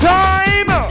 time